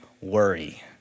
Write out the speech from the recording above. worry